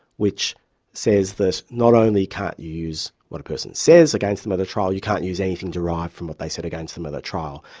which says that not only can't you use what a person says against them at a trial, you can't use anything derived from what they said against them at a trial.